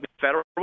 federal